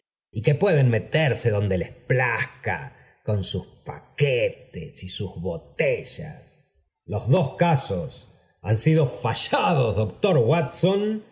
y qüe pueden meterse donde les plazca con sus paquetes y con bus botellas los dos casos han sido fallados doctor watson